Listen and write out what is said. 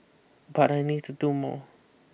but I need to do more